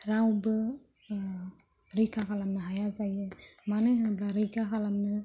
रावबो रैखा खालामनो हाया जायो मानो होनोब्ला रैखा खालामनो